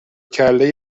کله